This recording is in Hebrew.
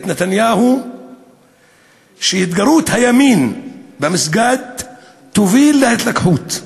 נתניהו שהתגרות הימין במסגד תוביל להתלקחות.